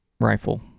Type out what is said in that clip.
rifle